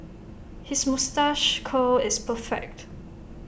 his moustache curl is perfect